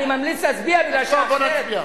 אני ממליץ להצביע מפני שאחרת, בוא נצביע.